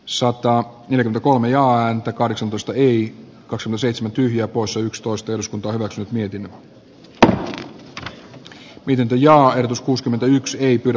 sota yli kolme nolla ja kahdeksantoista riikka suma seisoo tyhjiä poissa yksitoista jos kunta ovat nyt mietimme mitä pidempi ja erotus kuusikymmentäyksi ei pidä